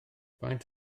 faint